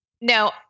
no